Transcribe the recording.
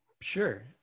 sure